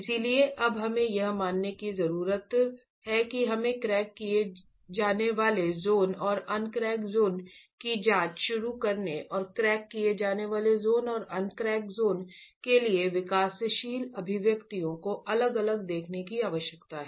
इसलिए अब हमें यह मानने की जरूरत है कि हमें क्रैक किए गए ज़ोन और अन क्रैक ज़ोन की जांच शुरू करने और क्रैक किए गए ज़ोन और अनक्रैक ज़ोन के लिए विकासशील अभिव्यक्तियों को अलग अलग देखने की आवश्यकता है